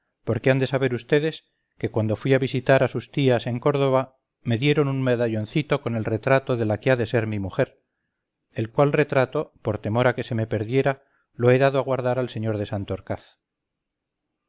porque han de saber vds que cuando fui a visitar a sus tías en córdoba me dieron un medalloncito con el retrato de la que ha de ser mi mujer el cual retrato por temor a que se me perdiera lo he dado a guardar al señor de